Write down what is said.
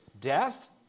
death